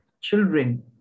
children